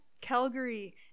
calgary